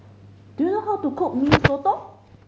do you know how to cook Mee Soto